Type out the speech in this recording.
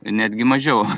netgi mažiau